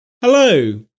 Hello